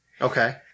Okay